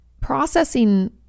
processing